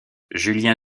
julien